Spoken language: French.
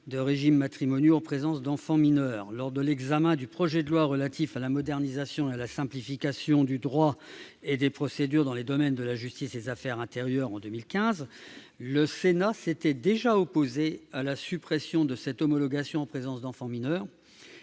du régime matrimonial en présence d'enfants mineurs. Lors de l'examen du projet de loi relatif à la modernisation et à la simplification du droit et des procédures dans les domaines de la justice et des affaires intérieures, en 2015, le Sénat s'était déjà opposé à la suppression de cette homologation en présence d'enfants mineurs,